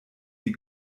die